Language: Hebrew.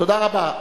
תודה רבה.